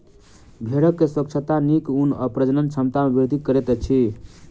भेड़क स्वच्छता नीक ऊन आ प्रजनन क्षमता में वृद्धि करैत अछि